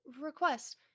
request